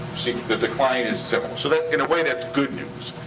the decline is similar. so in a way, that's good news,